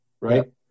right